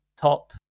top